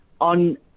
on